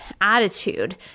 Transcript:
attitude